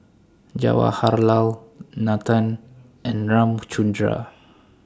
Jawaharlal Nathan and Ramchundra